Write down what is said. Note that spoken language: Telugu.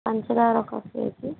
పంచదార ఒక కేజీ